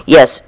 Yes